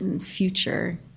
future